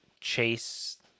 chase